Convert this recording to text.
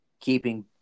keeping